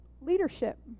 leadership